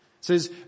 says